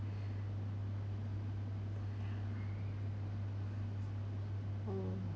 mm